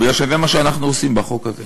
בגלל שזה מה שאנחנו עושים בחוק הזה,